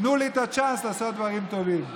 תנו לי את הצ'אנס לעשות דברים טובים.